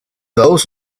those